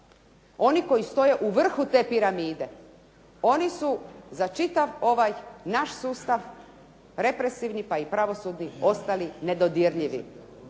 Oni koji stoje u vrhu te piramide oni su za čitav ovaj naš sustav represivni pa i pravosudni ostali nedodirljivi.